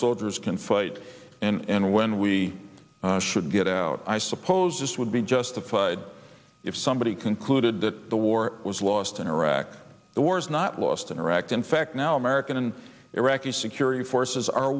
soldiers can fight and when we should get out i suppose it would be justified if somebody concluded that the war was lost in iraq the war's not lost interact in fact now american and iraqi security forces are